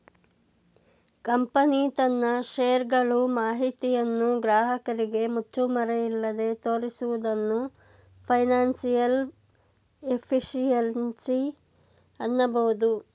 company ತನ್ನ share ಗಳು ಮಾಹಿತಿಯನ್ನು ಗ್ರಾಹಕರಿಗೆ ಮುಚ್ಚುಮರೆಯಿಲ್ಲದೆ ತೋರಿಸುವುದನ್ನು ಫೈನಾನ್ಸಿಯಲ್ ಎಫಿಷಿಯನ್ಸಿ ಅನ್ನಬಹುದು